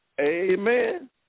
Amen